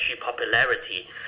popularity